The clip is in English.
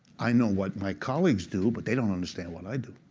i know what my colleagues do, but they don't understand what i do.